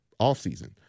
offseason